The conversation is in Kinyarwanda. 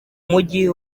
mujyi